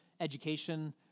education